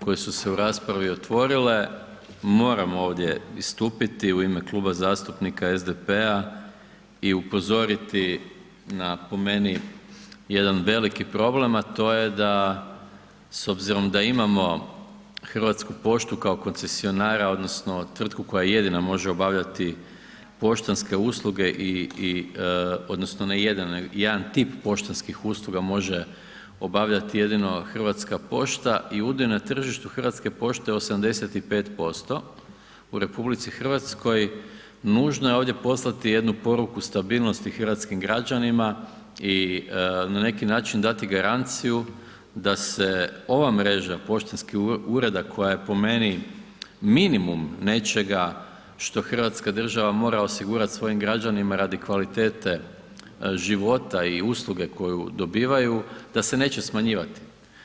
koje su se u raspravi otvorile, moramo ovdje istupiti u ime Kluba zastupnika SDP-a i upozoriti na, po meni, jedan veliki problem, a to je da s obzirom da imamo Hrvatsku poštu kao koncesionara odnosno tvrtku koja jedina može obavljati poštanske usluge i, i odnosno ne jedan, jedan tip poštanskih usluga može obavljat jedino Hrvatska pošta i ovdje na tržištu Hrvatske pošte je 85% u RH, nužno je ovdje poslati jednu poruku stabilnosti hrvatskim građanima i na neki način dati garanciju da se ova mreža poštanskih ureda koja je po meni minimum nečega što hrvatska država mora osigurat svojim građanima radi kvalitete života i usluge koju dobivaju da se neće smanjivati.